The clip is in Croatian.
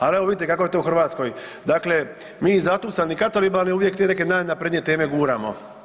Ali evo vidite kako je to u Hrvatskoj, dakle mi zatucani katolibani uvijek te neke najnaprednije teme guramo.